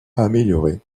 amélioré